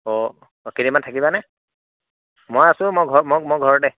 অ' কেইদিনমান থাকিবা নে মই আছোঁ মই ঘৰতে